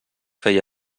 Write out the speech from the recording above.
feia